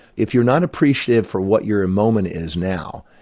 if you're not appreciative for what your moment is now,